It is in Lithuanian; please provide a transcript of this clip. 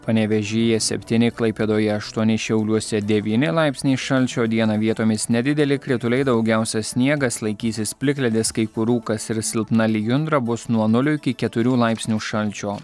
panevėžyje septyni klaipėdoje aštuoni šiauliuose devyni laipsniai šalčio dieną vietomis nedideli krituliai daugiausia sniegas laikysis plikledis kai kur rūkas ir silpna lijundra bus nuo nulio iki keturių laipsnių šalčio